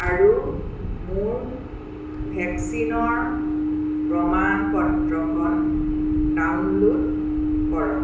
আৰু মোৰ ভেকচিনৰ প্ৰমাণ পত্ৰখন ডাউনল'ড কৰক